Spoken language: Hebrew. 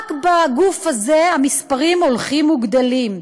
רק בגוף הזה המספרים הולכים וגדלים,